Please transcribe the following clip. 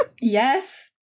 Yes